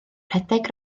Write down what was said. rhedeg